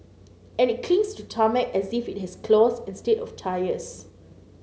and it clings to tarmac as if it has claws instead of tyres